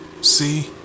See